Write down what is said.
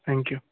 thank you